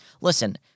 Listen